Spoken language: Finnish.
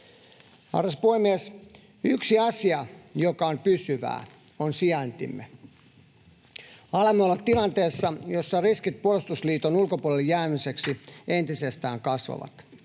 Arvoisa puhemies! Yksi asia, joka on pysyvää, on sijaintimme. Alamme olla tilanteessa, jossa riskit puolustusliiton ulkopuolelle jäämisestä entisestään kasvavat.